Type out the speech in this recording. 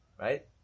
Right